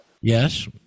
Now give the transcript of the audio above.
Yes